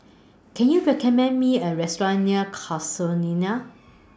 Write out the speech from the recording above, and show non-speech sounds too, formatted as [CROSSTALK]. [NOISE] Can YOU recommend Me A Restaurant near Casuarina